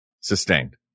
Sustained